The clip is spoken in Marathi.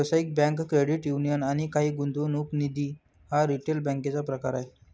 व्यावसायिक बँक, क्रेडिट युनियन आणि काही गुंतवणूक निधी हा रिटेल बँकेचा प्रकार आहे